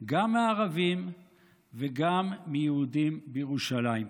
גם מערבים וגם מיהודים בירושלים.